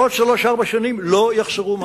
בעוד שלוש, ארבע שנים לא יחסרו מים,